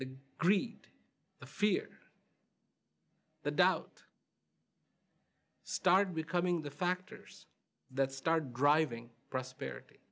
the greed the fear the doubt start becoming the factors that start driving prosperity